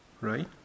right